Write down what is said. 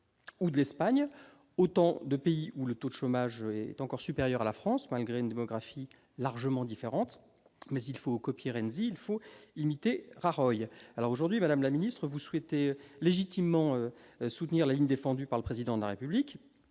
ou de l'Espagne, autant de pays où le taux de chômage est encore supérieur à celui de la France, malgré une démographie largement différente, mais il faut copier Renzi, il faut imiter Rajoy ! Aujourd'hui, madame la ministre, vous souhaitez légitimement soutenir la ligne défendue par le Président de la République